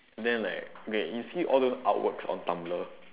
then like okay you see all those artworks on Tumblr